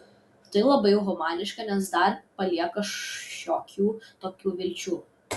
tai labai humaniška nes dar palieka šiokių tokių vilčių